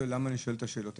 למה אני שואל את השאלות הללו?